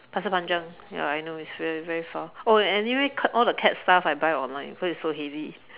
Pasir Panjang ya I know it's very very far oh anyway all the cat stuff I buy online cause it's so heavy